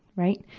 right,